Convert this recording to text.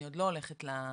אני עוד לא הולכת לקצוות,